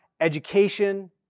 education